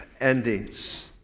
Endings